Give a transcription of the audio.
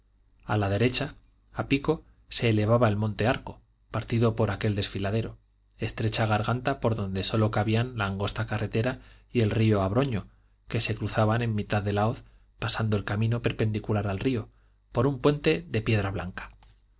a la derecha a pico se elevaba el monte arco partido por aquel desfiladero estrecha garganta por donde sólo cabían la angosta carretera y el río abroño que se cruzaban en mitad de la hoz pasando el camino perpendicular al río por un puente de piedra blanca